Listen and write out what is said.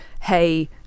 hey